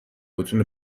بتونه